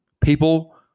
people